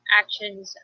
actions